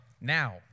now